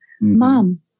Mom